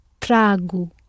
tragu